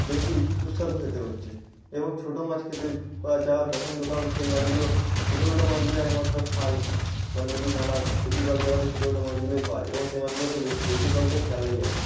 বেশি সুস্বাদু খেতে হচ্ছে এবং ছোটো মাছ খেতে যারা পছন্দ কারণ সেই মাছগুলো ছোটো ছোটো মাছগুলো একমাত্র খাল বা নদী নালা বেশিরভাগ জায়গাতে ছোটো ছোটো মাছগুলোই পাওয়া যায় এবং সেই মাছগুলোতে বেশি বেশিরভাগটাই ক্যালোরি আছে